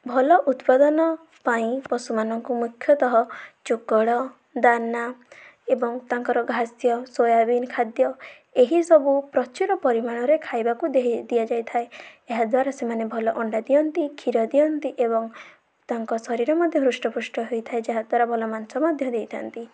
ଭଲ ଉତ୍ପାଦନ ପାଇଁ ପଶୁମାନଙ୍କୁ ମୁଖ୍ୟତଃ ଚୋକଡ଼ ଦାନା ଏବଂ ତାଙ୍କର ଘାସ୍ୟ ସୋୟାବିନ୍ ଖାଦ୍ୟ ଏହିସବୁ ପ୍ରଚୁର ପରିମାଣରେ ଖାଇବାକୁ ଦିଆଯାଇଥାଏ ଏହାଦ୍ଵାରା ସେମାନେ ଭଲ ଅଣ୍ଡା ଦିଅନ୍ତି କ୍ଷୀର ଦିଅନ୍ତି ଏବଂ ତାଙ୍କ ଶରୀର ମଧ୍ୟ ହୃଷ୍ଟପୁଷ୍ଟ ହୋଇଥାଏ ଯାହାଦ୍ଵାରା ଭଲ ମାଂସ ମଧ୍ୟ ଦେଇଥାନ୍ତି